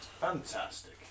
Fantastic